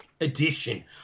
edition